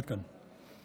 עד כאן.